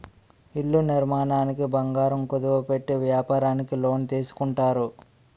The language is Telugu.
ఇళ్ల నిర్మాణానికి బంగారం కుదువ పెట్టి వ్యాపారానికి లోన్ తీసుకుంటారు